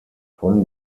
von